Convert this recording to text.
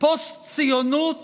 פוסט-ציונות